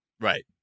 Right